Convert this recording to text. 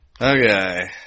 Okay